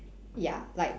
ya like